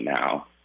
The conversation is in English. now